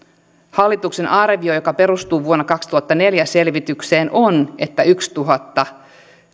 hallituksen arvio joka perustuu vuoden kaksituhattaneljä selvitykseen on että tuhat